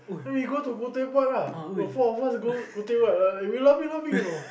then we go to Khoo-Teck-Puat lah the four of us go Khoo-Teck-Puat we laughing laughing you know